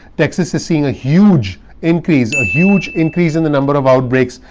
texas is seeing a huge increase, a huge increase in the number of outbreaks.